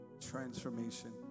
transformation